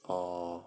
oh